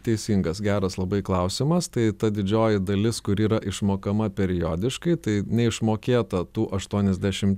teisingas geras labai klausimas tai ta didžioji dalis kuri yra išmokama periodiškai tai neišmokėta tų aštuoniasdešim